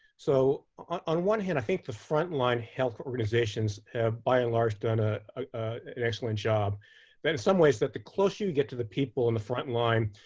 so on on one hand, i think the frontline health organizations have by and large done ah ah an excellent job that in some ways, the closer you get to the people in the front line,